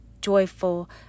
joyful